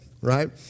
right